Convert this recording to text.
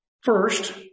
First